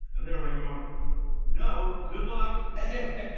and they're like going, no, good luck.